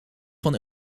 van